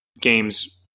games